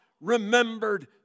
remembered